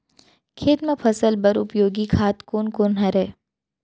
खेत म फसल बर उपयोगी खाद कोन कोन हरय?